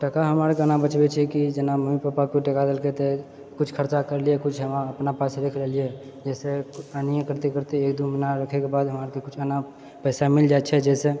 टका हम एना जेना मम्मी पप्पा किछु टका देलकए तऽकुछ खर्चा करलिये किछु हम्मे अपना पास राखि लेलिए जैसे अहिना करिते करिते एक दू महिनाके बाद हमराके किछु पैसा मिल जाइत छै जहिसँ